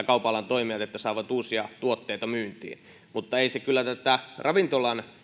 kaupan alan toimijat ovat kiinnostuneita siitä että saavat uusia tuotteita myyntiin mutta ei se tätä